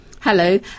Hello